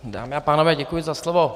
Dámy a pánové, děkuji za slovo.